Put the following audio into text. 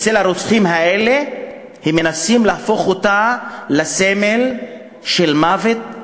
הרוצחים האלה מנסים להפוך אותה לסמל של מוות,